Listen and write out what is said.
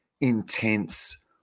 intense